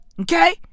Okay